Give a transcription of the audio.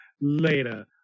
later